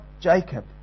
Jacob